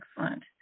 Excellent